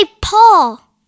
Paul